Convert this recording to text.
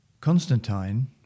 Constantine